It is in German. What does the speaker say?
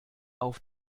auf